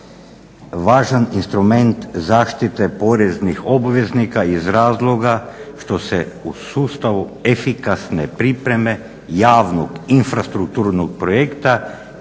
važan instrument zaštite poreznih obveznika iz razloga što se u sustavu efikasne pripreme javnog infrastrukturnog projekta